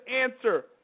answer